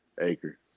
Acre